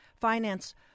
finance